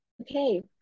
Okay